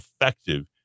effective